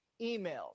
emails